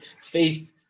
faith